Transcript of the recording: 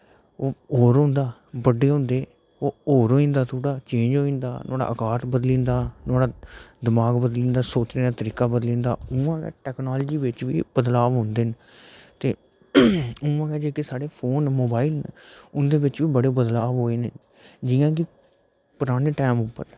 होर होंदा होर बड्डे होंदे होर होई जंदा थोह्ड़ा चेंज़ होई जंदा नुहाड़ा आकार बदली जंदा दमाग बदली जंदा सोचने दा तरीका बदली जंदा टेक्नोलॉज़ी बिच बी बदलाव होंदे न ते उआं गै जेह्के साढ़े फोन न मोबाईल न उंदे बिच बी बड़े बदलाव होए न जियां की पराने टाईम पर